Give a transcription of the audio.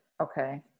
okay